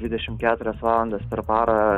dvidešimt keturias valandas per parą